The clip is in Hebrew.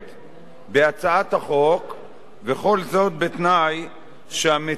וכל זאת בתנאי שהמציעים יתחייבו להמשך